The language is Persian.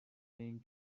این